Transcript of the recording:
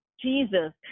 Jesus